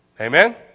Amen